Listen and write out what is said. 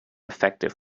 effective